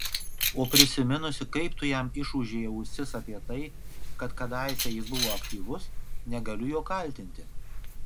o prisiminusi kaip tu jam išūžei ausis apie tai kad kadaise jis buvo aktyvus negaliu jo kaltinti